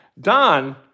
Don